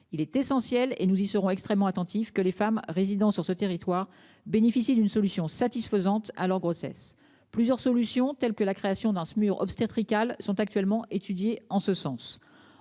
il est essentiel et nous y serons extrêmement attentifs que les femmes résidant sur ce territoire bénéficie d'une solution satisfaisante à leur grossesse plusieurs solutions telles que la création d'un SMUR obstétrical sont actuellement étudiées en ce sens